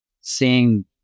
seeing